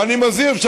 ואני מזהיר.